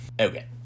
okay